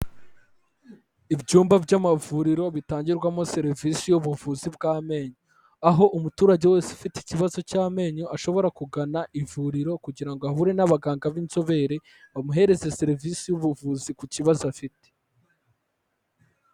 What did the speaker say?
Ibyumba by'amavuriro bitangirwamo serivisi y'ubuvuzi bw'amenyo, aho umuturage wese ufite ikibazo cy'amenyo ashobora kugana ivuriro kugirango ahure n'abaganga b'inzobere bamuhereze serivisi y'ubuvuzi ku kibazo afite.